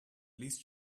least